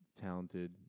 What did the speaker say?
talented